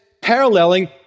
paralleling